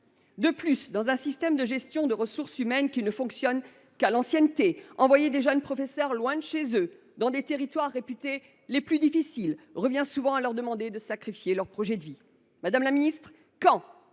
De plus, le système de gestion des ressources humaines, qui ne fonctionne qu’à l’ancienneté, conduit à envoyer de jeunes professeurs loin de chez eux, dans les territoires réputés les plus difficiles. Cela revient souvent à leur demander de sacrifier leur projet de vie. Madame la ministre, quand